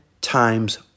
times